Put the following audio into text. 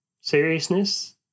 seriousness